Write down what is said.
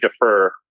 defer